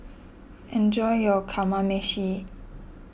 enjoy your Kamameshi